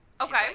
Okay